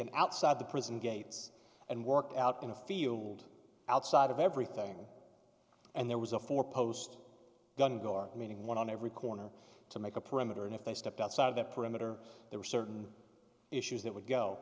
taken outside the prison gates and worked out in a field outside of everything and there was a four post gun guard meeting one on every corner to make a perimeter and if they stepped outside the perimeter there were certain issues that would go